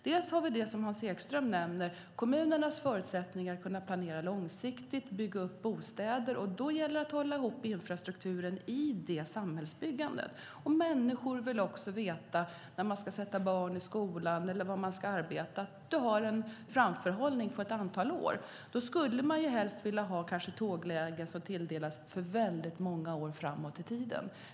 Det är det som Hans Ekström nämner, kommunernas förutsättningar att planera långsiktigt och bygga bostäder. Då gäller det att hålla ihop infrastrukturen i det samhällsbyggandet. Människor vill också veta, när man ska sätta barn i skolan eller var man ska arbeta, att det finns en framförhållning på ett antal år. Då skulle man helst vilja ha tåglägen som tilldelas för många år framåt i tiden.